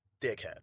dickhead